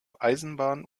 eisenbahn